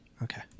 okay